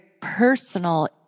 personal